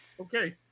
okay